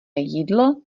jídlo